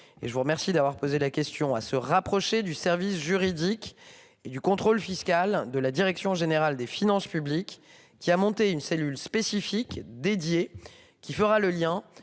je vous remercie d'avoir posé la question à se rapprocher du service juridique et du contrôle fiscal de la direction générale des finances publiques qui a monté une cellule spécifique dédié qui fera le lien